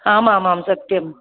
आमामां सत्यं